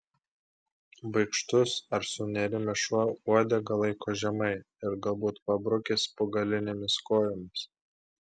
baikštus ar sunerimęs šuo uodegą laiko žemai ir galbūt pabrukęs po galinėmis kojomis